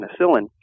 penicillin